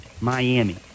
Miami